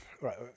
Right